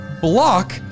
Block